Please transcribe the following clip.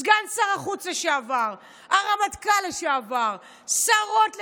סגן שר החוץ לשעבר, הרמטכ"ל לשעבר, שרות לשעבר,